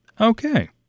Okay